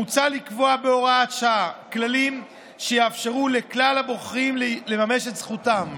מוצע לקבוע בהוראת שעה כללים שיאפשרו לכלל הבוחרים לממש את זכותם.